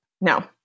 no